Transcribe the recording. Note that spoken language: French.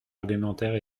argumentaire